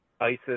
ISIS